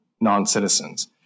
non-citizens